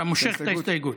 אתה מושך את ההסתייגות.